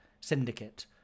syndicate